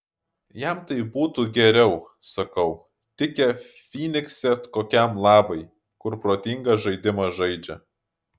jam tai būtų geriau sakau tikę fynikse kokiam labai kur protinga žaidimą žaidžia